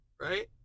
right